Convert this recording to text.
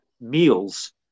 meals